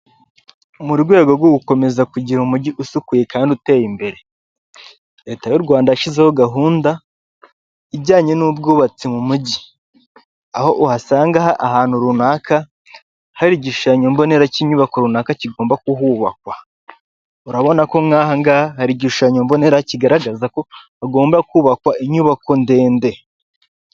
Mu rwego rwo gukomeza kugira umujyi usukuye kandi uteye imbere, leta y'u Rwanda yashyizeho gahunda ijyanye n'ubwubatsi mu mujyi aho uhasanga ahantu runaka hari igishushanyo mbonera cy'inyubako runaka kigomba kuhubakwa urabona ko mwahangaha hari igishushanyobonera kigaragaza ko hagomba kubakwa inyubako ndende.